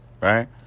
right